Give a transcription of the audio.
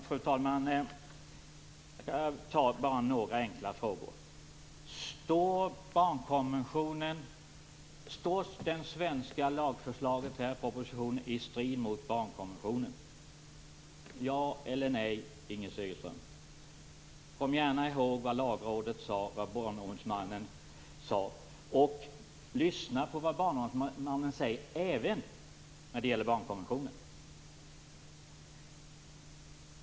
Fru talman! Låt mig ställa några enkla frågor. Står det svenska lagförslaget i propositionen i strid mot barnkonventionen? Ja eller nej, Inger Segelström. Kom gärna ihåg vad Lagrådet och Barnombudsmannen sade. Lyssna på vad Barnombudsmannen säger även när det gäller barnkonventionen.